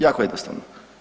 Jako jednostavno.